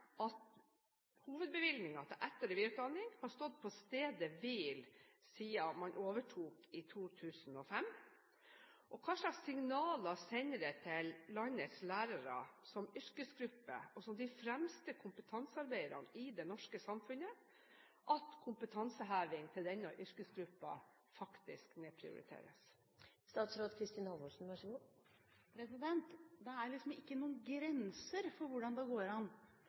at hovedbevilgningen til etter- og videreutdanning har stått på stedet hvil siden man overtok i 2005? Hvilke signaler sender det til landets lærere som yrkesgruppe og som de fremste kompetansearbeiderne i det norske samfunnet at kompetanseheving for denne yrkesgruppen faktisk nedprioriteres? Det er liksom ikke noen grenser for hvordan det går an